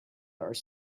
are